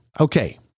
Okay